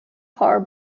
car